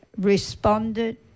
responded